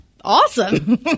awesome